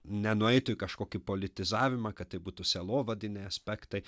nenueitų į kažkokį politizavimą kad tai būtų sielovadiniai aspektai